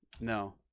no